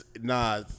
Nah